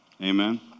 Amen